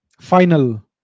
final